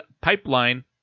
PIPELINE